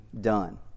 done